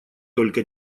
только